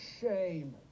shame